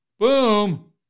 Boom